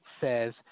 says